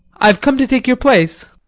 i have come to take your place.